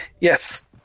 Yes